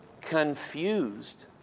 Confused